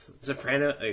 Soprano